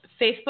Facebook